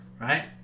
right